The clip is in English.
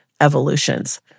evolutions